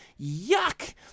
yuck